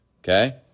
Okay